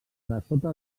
dessota